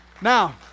now